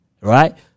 right